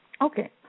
Okay